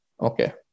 okay